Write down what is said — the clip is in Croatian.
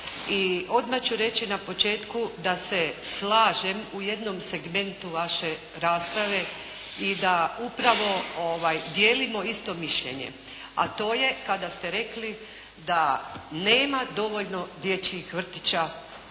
odmah ću reći na početku da se slažem u jednom segmentu vaše rasprave i da upravo dijelimo isto mišljenje, a to je kada ste rekli da nema dovoljno dječjih vrtića